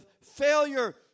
failure